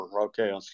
Okay